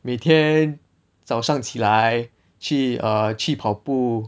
每天早上起来去 err 去跑步